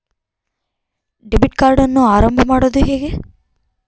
Debit ಕಾರ್ಡನ್ನು ಆರಂಭ ಮಾಡೋದು ಹೇಗೆ?